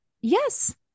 Yes